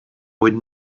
with